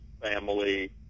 family